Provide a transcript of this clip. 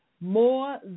More